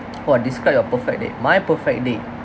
!wah! describe a perfect day my perfect day